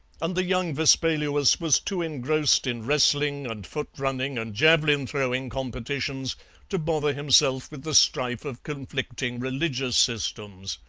and the young vespaluus was too engrossed in wrestling and foot-running and javelin-throwing competitions to bother himself with the strife of conflicting religious systems.